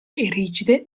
rigide